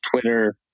Twitter